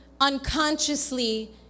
unconsciously